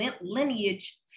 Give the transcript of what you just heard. lineage